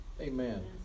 Amen